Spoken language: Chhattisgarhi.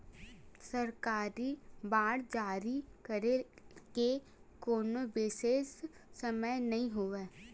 सरकारी बांड जारी करे के कोनो बिसेस समय नइ होवय